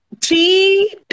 Three